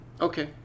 Okay